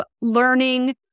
learning